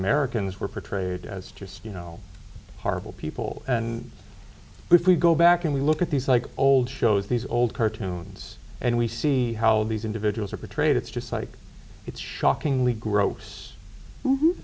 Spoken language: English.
americans were portrayed as just you know horrible people and if we go back and we look at these like old shows these old cartoons and we see how these individuals are betrayed it's just like it's shockingly gross